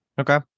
Okay